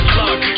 luck